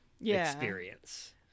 experience